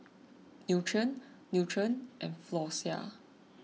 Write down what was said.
Nutren Nutren and Floxia